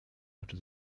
after